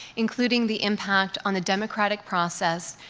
including the impact on the democratic process,